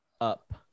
up